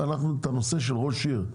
אנחנו את הנושא של ראש עיר,